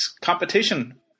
competition